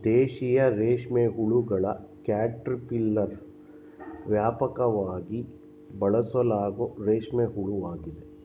ದೇಶೀಯ ರೇಷ್ಮೆಹುಳುಗಳ ಕ್ಯಾಟರ್ಪಿಲ್ಲರ್ ವ್ಯಾಪಕವಾಗಿ ಬಳಸಲಾಗೋ ರೇಷ್ಮೆ ಹುಳುವಾಗಿದೆ